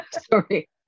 Sorry